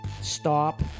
stop